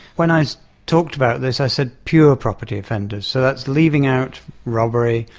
when i talked about this i said pure property offenders, so that's leaving out robbery,